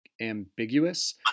ambiguous